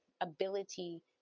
ability